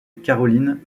caroline